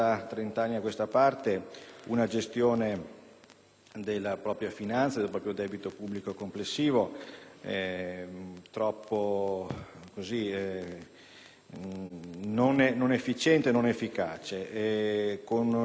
della propria finanza, del proprio debito pubblico complessivo non efficiente e non efficace con un saldo negativo, specialmente di parte corrente,